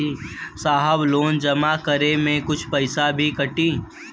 साहब लोन जमा करें में कुछ पैसा भी कटी?